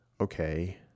okay